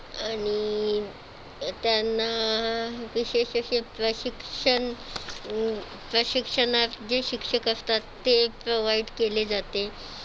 आणि त्यांना विशेष असे प्रशिक्षण प्रशिक्षणात जे शिक्षक असतात ते प्रोव्हाइड केले जाते